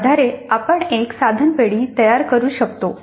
त्या आधारे आपण एक साधन पेढी तयार करू शकतो